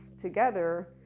together